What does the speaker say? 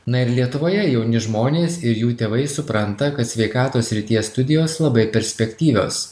na ir lietuvoje jauni žmonės ir jų tėvai supranta kad sveikatos srities studijos labai perspektyvios